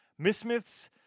Mismiths